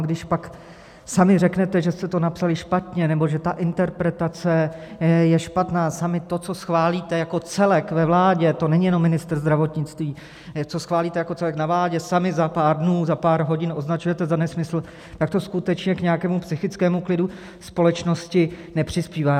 A ono když pak sami řeknete, že jste to napsali špatně nebo že ta interpretace je špatná, sami to, co schválíte jako celek ve vládě to není jenom ministr zdravotnictví co schválíte jako celek na vládě, sami za pár dnů, za pár hodin označujete za nesmysl, tak to skutečně k nějakému psychickému klidu společnosti nepřispívá.